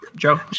Joe